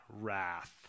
wrath